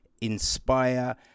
inspire